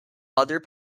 other